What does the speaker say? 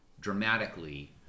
dramatically